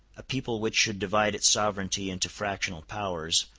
a people which should divide its sovereignty into fractional powers,